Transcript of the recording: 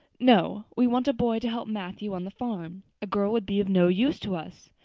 no. we want a boy to help matthew on the farm. a girl would be of no use to us.